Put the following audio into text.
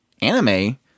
anime